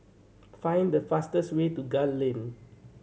find the fastest way to Gul Lane